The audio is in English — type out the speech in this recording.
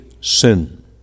sin